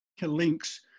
links